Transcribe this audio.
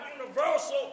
universal